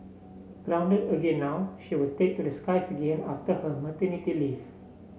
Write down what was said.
grounded again now she will take to the skies again after her maternity leave